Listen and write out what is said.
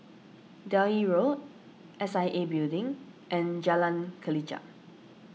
Delhi Road S I A Building and Jalan Kelichap